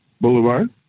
Boulevard